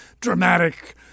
dramatic